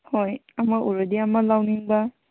ꯍꯣꯏ ꯑꯃ ꯎꯔꯗꯤ ꯑꯃ ꯂꯧꯅꯤꯡꯕ